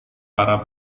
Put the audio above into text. para